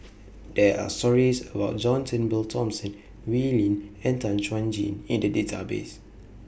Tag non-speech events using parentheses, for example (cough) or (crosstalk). (noise) There Are stories about John Turnbull Thomson Wee Lin and Tan Chuan Jin in The Database